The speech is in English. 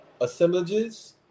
assemblages